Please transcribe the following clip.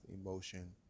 emotion